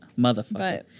Motherfucker